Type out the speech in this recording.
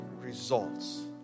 results